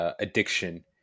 addiction